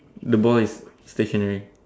the ball is stationary